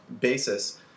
basis